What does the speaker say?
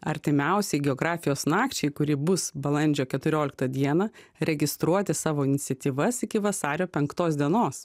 artimiausiai geografijos nakčiai kuri bus balandžio keturioliktą dieną registruoti savo iniciatyvas iki vasario penktos dienos